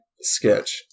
sketch